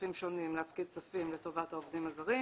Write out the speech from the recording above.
בענפים שונים להפקיד כספים לטובת העובדים הזרים,